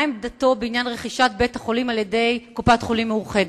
מה עמדתו בעניין רכישת בית-החולים על-ידי קופת-חולים "מאוחדת"?